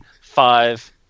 Five